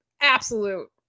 absolute